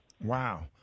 Wow